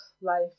life